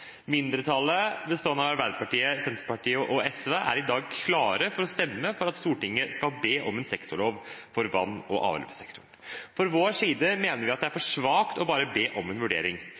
Mindretallet, bestående av Arbeiderpartiet, Senterpartiet og SV, er i dag klare for å stemme for at Stortinget skal be om en sektorlov for vann- og avløpssektoren. Fra vår side mener vi det er for svakt bare å be om en vurdering.